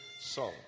song